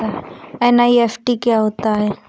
NEFT क्या होता है?